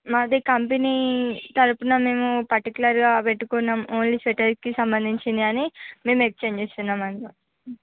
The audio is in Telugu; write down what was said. మాది కంపెనీ తరఫున మేము పర్టికులర్గా పెట్టుకున్నాం ఓన్లీ స్వెటర్కి సంబంధించింది అని మేము ఎక్సచెంజ్ ఇస్తున్నామండీ